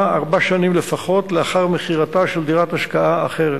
ארבע שנים לפחות לאחר מכירתה של דירת השקעה אחרת.